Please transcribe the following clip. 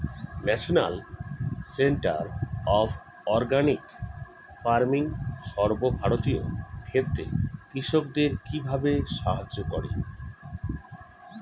National centre of organic farming সর্বভারতীয় ক্ষেত্রে কৃষকদের কিভাবে সাহায্য করে?